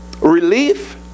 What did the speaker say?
Relief